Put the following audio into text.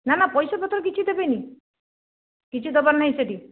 ନା ନା ପଇସା ପତ୍ର କିଛି ଦେବେନି କିଛି ଦେବାର ନାହିଁ ସେଠି